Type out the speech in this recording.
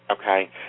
okay